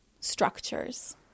structures